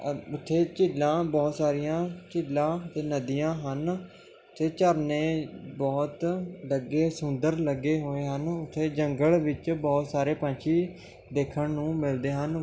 ਉੱਥੇ ਝੀਲਾਂ ਬਹੁਤ ਸਾਰੀਆਂ ਝੀਲਾਂ ਅਤੇ ਨਦੀਆਂ ਹਨ ਅਤੇ ਝਰਨੇ ਬਹੁਤ ਲੱਗੇ ਸੁੰਦਰ ਲੱਗੇ ਹੋਏ ਹਨ ਉੱਥੇ ਜੰਗਲ ਵਿੱਚ ਬਹੁਤ ਸਾਰੇ ਪੰਛੀ ਦੇਖਣ ਨੂੰ ਮਿਲਦੇ ਹਨ